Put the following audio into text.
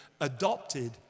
adopted